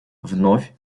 вновь